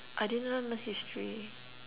I didn't learn history